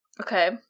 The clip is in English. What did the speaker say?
Okay